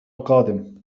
القادم